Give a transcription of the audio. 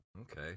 Okay